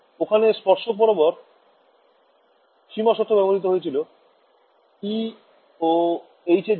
ওখানে স্পর্শক বরাবর সীমা শর্ত ব্যবহৃত হয়েছিল E ও H এর জন্য